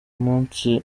umunsi